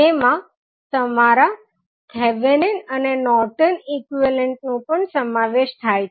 તેમાં તમારા થેવેનિન અને નોર્ટન ઇક્વીવેલન્ટ નો પણ સમાવેશ થાય છે